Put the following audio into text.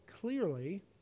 clearly